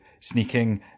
sneaking